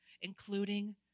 including